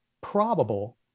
probable